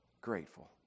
grateful